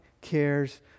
cares